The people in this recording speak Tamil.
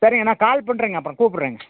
சரிங்க நான் கால் பண்ணுறேங்க அப்புறம் கூப்புடுறேங்க